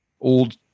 old